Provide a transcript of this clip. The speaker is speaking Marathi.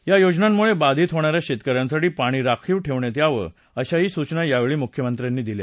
या योजनांमुळे बाधित होणाऱ्या शेतकऱ्यांसाठी पाणी राखीव ठेवण्यात यावं अशाही सूचना यावेळी मुख्यमंत्र्यांनी दिल्या